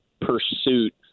pursuit